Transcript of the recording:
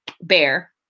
bear